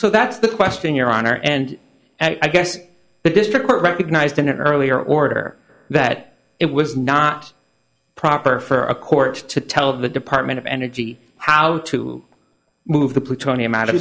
also that's the question your honor and and i guess but district court recognized in earlier order that it was not proper for a court to tell the department of energy how to move the plutonium